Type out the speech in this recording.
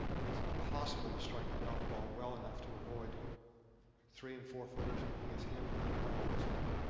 it is impossible to strike the golf ball well enough to avoid three and four-footers. and he has handled them all this week.